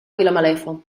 vilamalefa